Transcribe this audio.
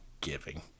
giving